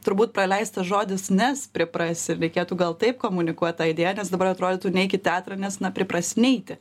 turbūt praleistas žodis nes priprasi reikėtų gal taip komunikuot ta idėja nes dabar atrodytų neik į teatrą nes na priprasi neiti